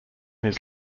his